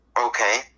Okay